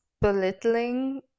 belittling